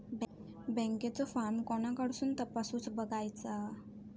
बँकेचो फार्म कोणाकडसून तपासूच बगायचा?